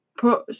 put